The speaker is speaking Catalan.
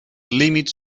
límits